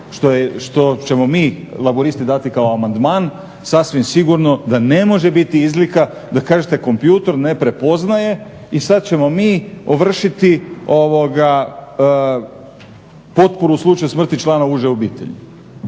što ćemo mi laburisti dati kao amandman sasvim sigurno da ne može biti izlika da kažete kompjuter ne prepoznaje i sada ćemo mi ovršiti potporu u slučaju smrti člana uže obitelji